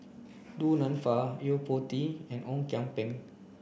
Du Nanfa Yo Po Tee and Ong Kian Peng